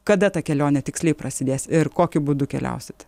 kada ta kelionė tiksliai prasidės ir kokiu būdu keliausit